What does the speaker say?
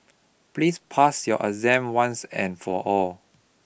please pass your exam once and for all